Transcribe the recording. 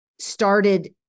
Started